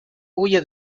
huye